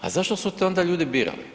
Pa zašto su te onda ljudi birali?